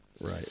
right